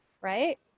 right